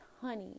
honey